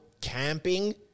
camping